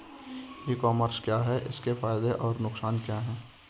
ई commerce क्या है इसके फायदे और नुकसान क्या है?